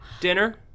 Dinner